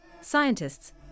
scientists